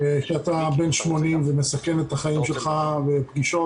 שאמורים להיות בבידוד,